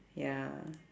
ya